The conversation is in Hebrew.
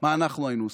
מה אנחנו היינו עושים?